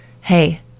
hey